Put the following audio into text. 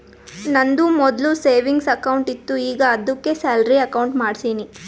ನಂದು ಮೊದ್ಲು savings account ಇತ್ತು ಈಗ ಆದ್ದುಕೆ ಸ್ಯಾಲರಿ ಅಕೌಂಟ್ ಮಾಡ್ಸಿನಿ